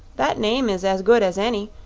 that name is as good as any,